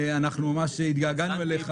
ממש התגעגענו אליך.